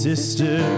Sister